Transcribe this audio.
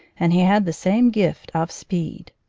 and he had the same gift of speed.